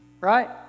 Right